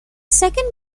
second